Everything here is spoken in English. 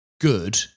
good